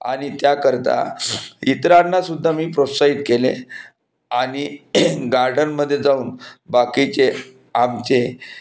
आणि त्याकरिता इतरांना सुद्धा मी प्रोत्साहित केले आणि गार्डनमध्ये जाऊन बाकीचे आमचे